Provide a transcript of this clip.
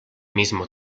mismo